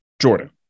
Jordan